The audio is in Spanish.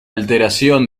alteración